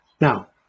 Now